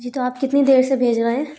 जी तो आप कितनी देर से भेज रहे हैं